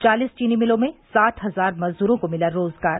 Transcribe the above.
चालीस चीनी मिलों में साठ हजार मजदूरों को मिला रोजगार